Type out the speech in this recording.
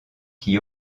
qui